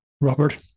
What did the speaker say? Robert